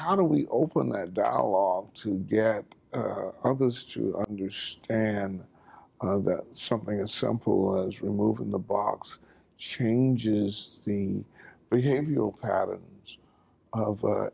how do we open that dialogue to get others to understand that something as simple as removing the box changes the behavioral patterns of